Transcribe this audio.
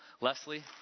Leslie